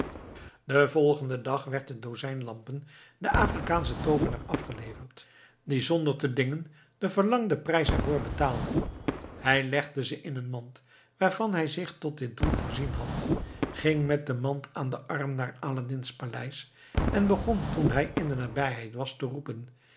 den volgenden dag werd het dozijn lampen den afrikaanschen toovenaar afgeleverd die zonder te dingen den verlangden prijs ervoor betaalde hij legde ze in een mand waarvan hij zich tot dit doel voorzien had ging met de mand aan den arm naar aladdin's paleis en begon toen hij in de nabijheid was te roepen